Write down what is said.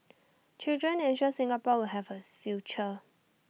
children ensure Singapore will have A future